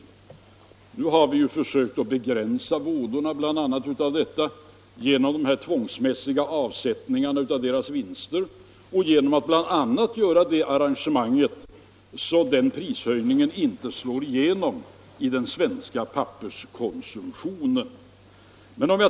Nu har vi försökt begränsa vådorna av detta genom de tvångsmässiga avsättningarna av deras vinster och genom att göra ett sådant arrangemang att prishöjningen inte slår igenom i den svenska papperskonsumtionen.